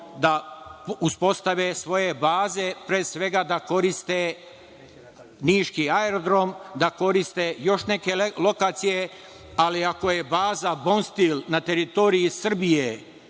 da uspostave svoje baze, pre svega da koriste niški aerodrom, da koriste još neke lokacije, ali ako je baza Bonstil na teritoriji Srbije